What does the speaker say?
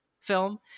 film